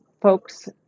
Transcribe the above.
folks